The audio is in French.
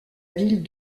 ville